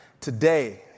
Today